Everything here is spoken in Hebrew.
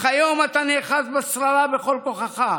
אך היום אתה נאחז בשררה בכל כוחך,